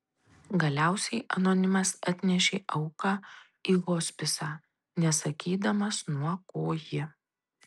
galiausiai anonimas atnešė auką į hospisą nesakydamas nuo ko ji